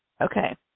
Okay